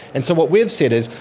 and so what we've said is,